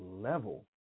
level